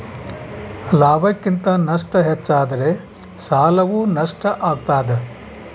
ಲಾಭಕ್ಕಿಂತ ನಷ್ಟ ಹೆಚ್ಚಾದರೆ ಸಾಲವು ನಷ್ಟ ಆಗ್ತಾದ